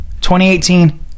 2018